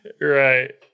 Right